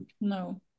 No